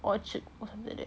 orchard or something like that